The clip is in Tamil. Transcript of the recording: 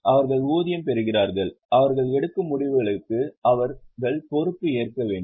அவர்கள் ஊதியம் பெறுகிறார்கள் அவர்கள் எடுக்கும் முடிவுகளுக்கு அவர்கள் பொறுப்பு ஏற்க வேண்டும்